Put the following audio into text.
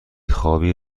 خوابی